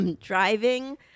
Driving